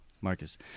Marcus